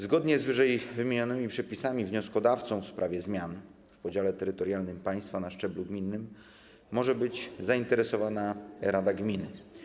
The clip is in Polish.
Zgodnie z ww. przepisami wnioskodawcą w sprawie zmian w podziale terytorialnym państwa na szczeblu gminnym może być zainteresowana rada gminy.